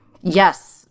yes